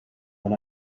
when